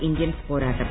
Indians പോരാട്ടം